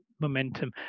momentum